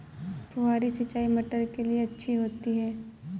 फुहारी सिंचाई मटर के लिए अच्छी होती है?